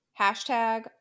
hashtag